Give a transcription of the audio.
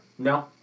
No